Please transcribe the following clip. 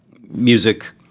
music